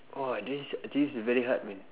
!wah! this this is very hard man